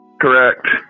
correct